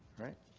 alright.